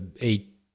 eight